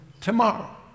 tomorrow